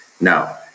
now